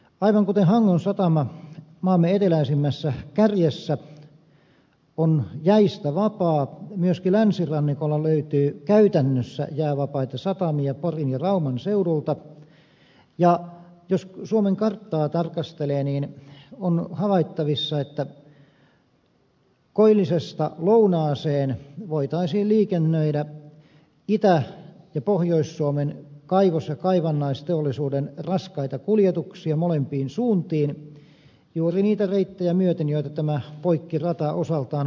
aivan kuten hangon satama maamme eteläisimmässä kärjessä on jäistä vapaa myöskin länsirannikolla löytyy käytännössä jäävapaita satamia porin ja rauman seudulta ja jos suomen karttaa tarkastelee niin on havaittavissa että koillisesta lounaaseen voitaisiin liikennöidä itä ja pohjois suomen kaivos ja kaivannaisteollisuuden raskaita kuljetuksia molempiin suuntiin juuri niitä reittejä myöten joita tämä poikkirata osaltaan palvelisi